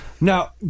Now